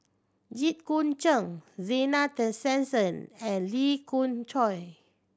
Jit Koon Ch'ng Zena Tessensohn and Lee Khoon Choy